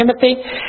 Timothy